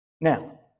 Now